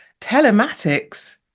Telematics